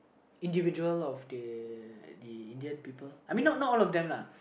individual of the the Indian people I mean not not all of them lah